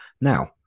Now